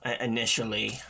initially